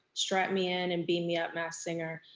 strap me in and beam me up masked singer.